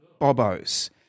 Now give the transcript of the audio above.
bobos